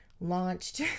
launched